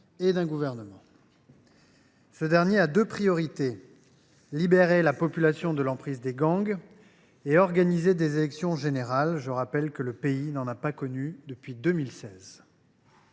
et d’un gouvernement. Ce dernier a deux priorités : libérer la population de l’emprise des gangs et organiser des élections générales. Je rappelle que le pays n’en a pas connu depuis 2016.